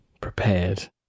prepared